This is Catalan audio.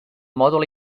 mòdul